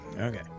Okay